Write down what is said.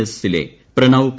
എസിലെ പ്രണവ് പി